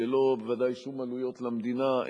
בוודאי ללא שום עלויות למדינה,